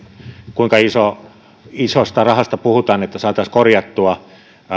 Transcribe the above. kuinka isosta rahasta puhutaan että saataisiin korjattua